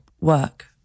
work